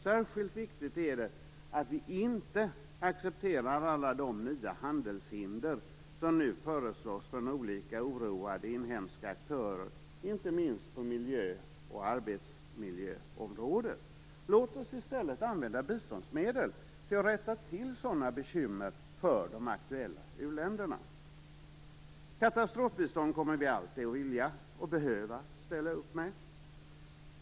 Särskilt viktigt är det att vi inte accepterar alla de nya handelshinder som nu föreslås från olika oroade inhemska aktörer, inte minst på miljö och arbetsmiljöområdet. Låt oss i stället använda biståndsmedel till att rätta till sådana bekymmer för de aktuella u-länderna. Katastrofbistånd kommer vi alltid att vilja och behöva ställa upp med.